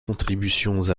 contributions